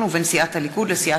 הצעת חוק התפזרות הכנסת